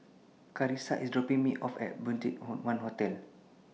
Karissa IS dropping Me off At BudgetOne Hotel